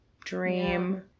dream